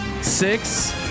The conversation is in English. six